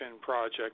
project